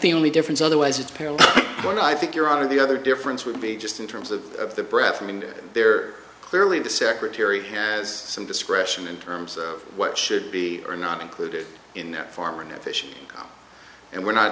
the only difference otherwise it pales when i think you're on the other difference would be just in terms of the breath i mean there clearly the secretary has some discretion in terms of what should be or not included in that form and efficient and we're not